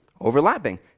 overlapping